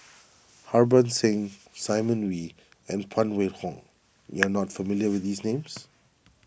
Harbans Singh Simon Wee and Phan Wait Hong you are not familiar with these names